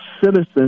citizens